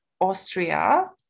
austria